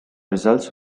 results